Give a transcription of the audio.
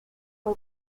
for